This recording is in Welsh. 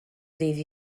ddydd